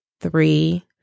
three